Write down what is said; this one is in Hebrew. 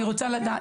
ואני רוצה לדעת.